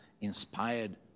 inspired